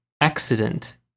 accident